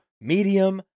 medium